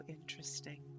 interesting